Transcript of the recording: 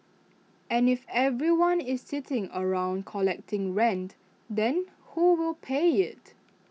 and if everyone is sitting around collecting rent then who will pay IT